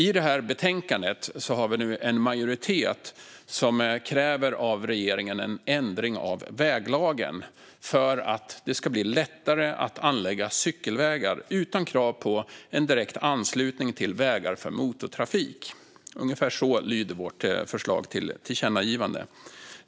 I betänkandet kräver en majoritet att regeringen ändrar väglagen för att det ska bli lättare att anlägga cykelvägar utan krav på en direkt anslutning till vägar för motortrafik. Ungefär så lyder vårt förslag till tillkännagivande.